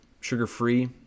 sugar-free